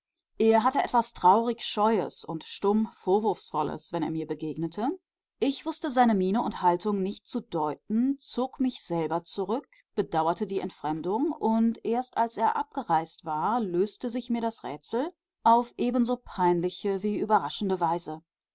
er hatte etwas traurig scheues und stumm vorwurfsvolles wenn er mir begegnete ich wußte seine miene und haltung nicht zu deuten zog mich selber zurück bedauerte die entfremdung und erst als er abgereist war löste sich mir das rätsel auf ebenso peinliche wie überraschende weise